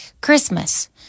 Christmas